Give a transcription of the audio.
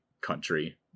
country